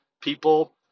people